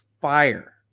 fire